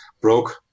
broke